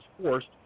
forced